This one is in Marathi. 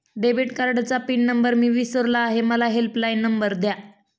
डेबिट कार्डचा पिन नंबर मी विसरलो आहे मला हेल्पलाइन नंबर द्या